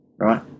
Right